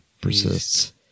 persists